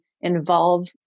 involve